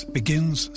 begins